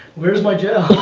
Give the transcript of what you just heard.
where's my gel?